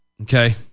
Okay